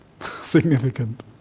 significant